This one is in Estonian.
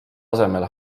asemel